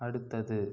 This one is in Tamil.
அடுத்தது